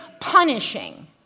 punishing